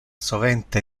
sovente